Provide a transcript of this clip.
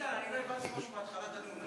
איתן, אני לא הבנתי משהו מהתחלת הנאום.